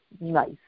nice